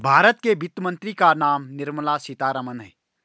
भारत के वित्त मंत्री का नाम निर्मला सीतारमन है